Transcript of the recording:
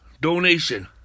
Donation